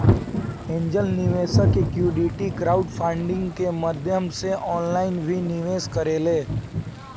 angel निवेशक equity crowdfunding के माध्यम से ऑनलाइन भी निवेश करेले